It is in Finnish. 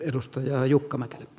arvoisa puhemies